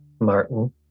martin